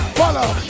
follow